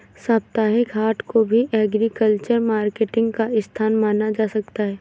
साप्ताहिक हाट को भी एग्रीकल्चरल मार्केटिंग का स्थान माना जा सकता है